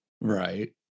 right